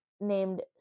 named